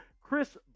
Chris